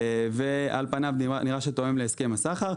ועל פניו נראה שהוא תואם להסכם הסחר.